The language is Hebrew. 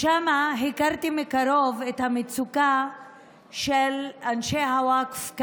שם הכרתי מקרוב את המצוקה של אנשי הווקף,